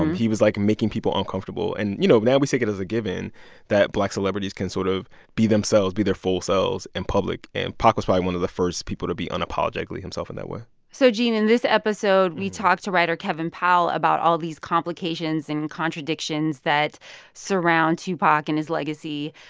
he was, like, making people uncomfortable. and, you know, now we take it as a given that black celebrities can sort of be themselves, be their full selves in public. and pac was probably one of the first people to be unapologetically himself in that way so gene, in this episode, we talked to writer kevin powell about all these complications and contradictions that surround tupac and his legacy.